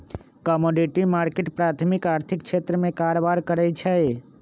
commodity market प्राथमिक आर्थिक क्षेत्र में कारबार करै छइ